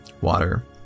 Water